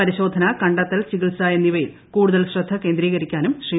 പരിശോധന കണ്ടെത്തൽ ചികിത്സ എന്നിവയിൽ കൂടുതൽ ശ്രദ്ധ കേന്ദ്രീകരിക്കാനും ശ്രീ